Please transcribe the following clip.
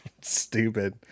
stupid